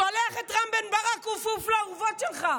שולח את רם בן ברק: עוף, עוף לאורוות שלך.